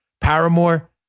Paramore